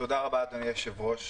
אדוני היושב-ראש,